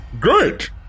Great